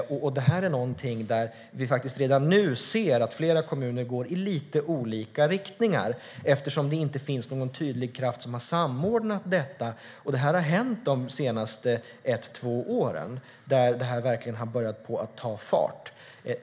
Detta är någonting där vi redan nu ser att flera kommuner går i lite olika riktningar eftersom det inte finns någon tydlig kraft som har samordnat det hela. Det här har hänt under de senaste ett eller två åren, då det verkligen har börjat ta fart.